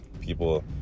people